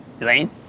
Elaine